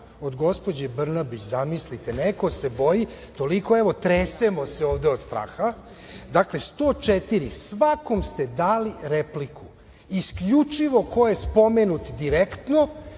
od gospođe Brnabić. Zamislite, neko se boji toliko. Evo, tresemo se ovde od straha. Dakle, 104. Svakom ste dali repliku isključivo ko je spomenut direktno,